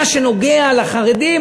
במה שנוגע לחרדים,